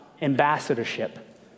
ambassadorship